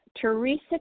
Teresa